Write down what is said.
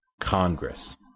Congress